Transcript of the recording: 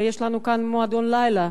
יש לנו כאן מועדון לילה.